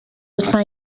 لطفا